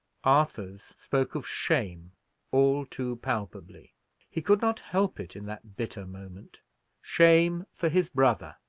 arthur's spoke of shame all too palpably he could not help it in that bitter moment shame for his brother.